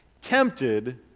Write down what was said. tempted